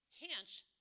Hence